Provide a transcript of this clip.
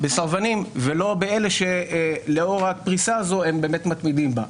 ולא באלה שלאור הפריסה הזו מתמידים בה.